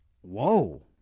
Whoa